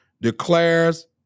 declares